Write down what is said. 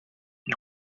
ils